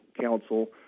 council